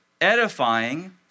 edifying